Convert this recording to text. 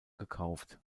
gekauft